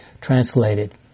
translated